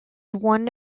one